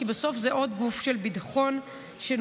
כי בסוף זה עוד גוף של ביטחון שאמור